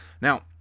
Now